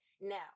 Now